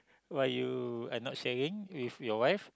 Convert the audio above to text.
why you are not sharing with your wife